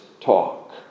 talk